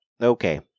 okay